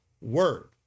word